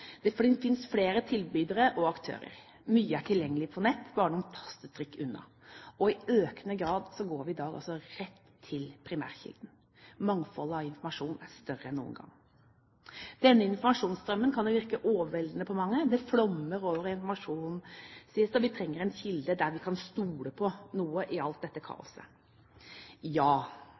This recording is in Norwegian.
Det finnes flere tilbydere og aktører. Mye er tilgjengelig på nett, bare noen tastetrykk unna. I økende grad går vi i dag rett til primærkilden. Mangfoldet av informasjon er større enn noen gang. Denne informasjonsstrømmen kan virke overveldende på mange. Det flommer over av informasjon, sies det, vi trenger en kilde vi kan stole på i alt dette kaoset. Ja,